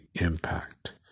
impact